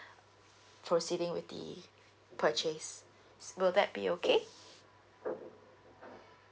proceeding with the purchase will that be okay